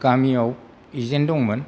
गामियाव एजेन्ट दंमोन